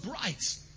bright